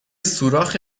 سوراخ